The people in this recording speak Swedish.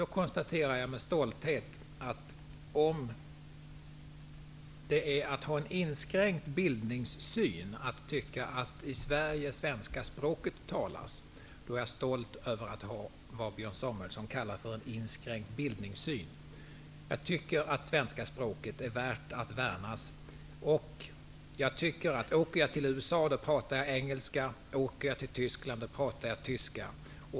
Då konstaterar jag med stolthet att om det innebär att man har en inskränkt bildningssyn att tycka att det svenska språket skall talas i Sverige, då är jag stolt över att ha det som Björn Samuelson kallar för en inskränkt bildningssyn. Jag tycker att det svenska språket är värt att värna. Om jag åker till USA, talar jag engelska. Om jag åker till Tyskland, talar jag tyska.